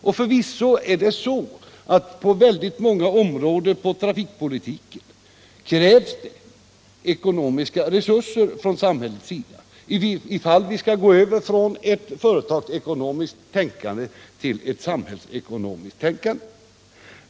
Otvivelaktigt krävs på många områden inom trafikpolitiken ekonomiska resurser från samhällets sida om vi skall gå över från ett företagsekonomiskt till ett samhällsekonomiskt tänkande.